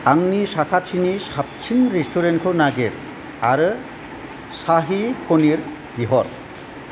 आंनि साखाथिनि साबसिन रेस्टुरेन्टखौ नागिर आरो साहि पानिर बिहर